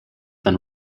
than